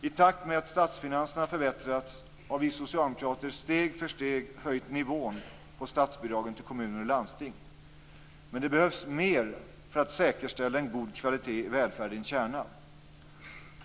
I takt med att statsfinanserna förbättrats har vi socialdemokrater steg för steg höjt nivån på statsbidragen till kommuner och landsting, men det behövs mer för att säkerställa en god kvalitet i välfärdens kärna.